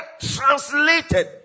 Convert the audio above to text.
translated